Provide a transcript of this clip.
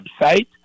website